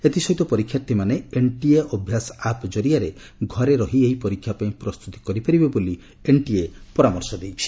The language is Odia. ଏଥିସହିତ ପରୀକ୍ଷାର୍ଥୀମାନେ ଏନ୍ଟିଏ ଅଭ୍ୟାସ ଆପ୍ ଜରିଆରେ ଘରେ ରହି ଏହି ପରୀକ୍ଷା ପାଇଁ ପ୍ରସ୍ତୁତି କରିପାରିବେ ବୋଲି ଏନ୍ଟିଏ ପରାମର୍ଶ ଦେଇଛି